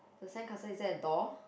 the sandcastle is there a door